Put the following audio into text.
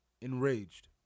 enraged